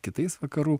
kitais vakarų